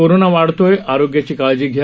corona वाढतोय आरोग्याची काळजी घ्या